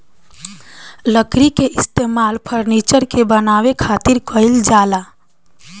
लकड़ी के इस्तेमाल फर्नीचर के बानवे खातिर कईल जाला